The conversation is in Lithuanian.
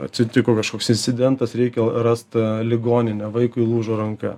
atsitiko kažkoks incidentas reikia rast ligoninę vaikui lūžo ranka